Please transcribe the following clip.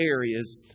areas